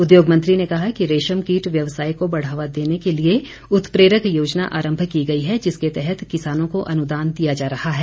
उद्योग मंत्री ने कहा कि रेशम कीट व्यवसाय को बढ़ावा देने के लिए उत्प्रेरक योजना आंरभ की गई है जिसके तहत किसानों को अनुदान दिया जा रहा है